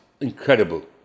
incredible